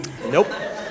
nope